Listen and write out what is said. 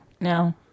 no